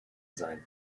sein